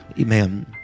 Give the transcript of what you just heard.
Amen